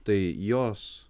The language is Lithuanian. tai jos